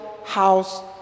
house